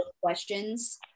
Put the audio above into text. questions